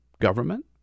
government